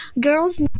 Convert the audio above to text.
girls